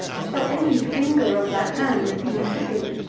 shall any finger of that hand seem heavy?